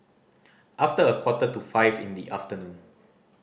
after a quarter to five in the afternoon